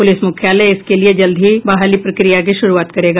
police मुख्यालय इसके लिए जल्द ही बहाली प्रक्रिया की शुरूआत करेगा